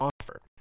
offer